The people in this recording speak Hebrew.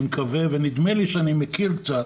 נדמה לי שאני מכיר קצת